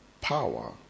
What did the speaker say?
power